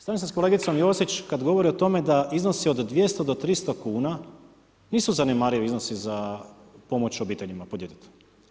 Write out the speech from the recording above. Slažem se sa kolegicom Josić kad govorim o tome da iznosi od 200 do 300 kuna nisu zanemarivi iznos za pomoć obiteljima po djetetu.